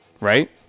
right